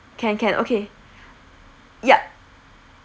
can can okay yup